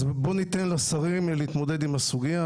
אז בואו ניתן לשרים להתמודד עם הסוגייה.